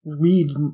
read